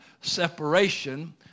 separation